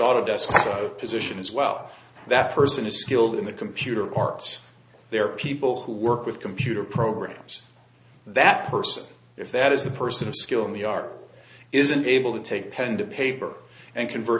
autodesk position as well that person is skilled in the computer parts there are people who work with computer programs that person if that is the person of skill in the are isn't able to take pen to paper and convert